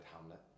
Hamlet